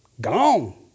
Gone